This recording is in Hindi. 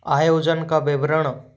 आयोजन का विवरण